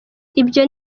ibyo